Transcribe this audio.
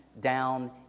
down